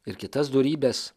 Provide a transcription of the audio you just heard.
ir kitas dorybes